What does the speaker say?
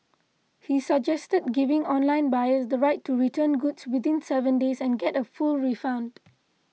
he suggested giving online buyers the right to return goods within seven days and get a full refund